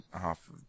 half